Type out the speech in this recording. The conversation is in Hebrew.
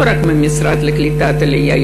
לא רק מהמשרד לקליטת העלייה,